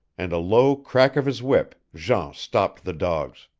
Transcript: and a low crack of his whip jean stopped the dogs.